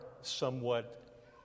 somewhat